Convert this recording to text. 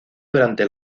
durante